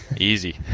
Easy